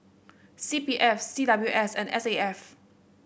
C P F C W S and S A F